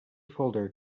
folder